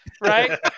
right